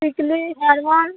Tikili hair band